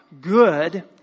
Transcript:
good